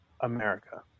America